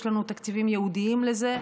יש לנו תקציבים ייעודיים לזה,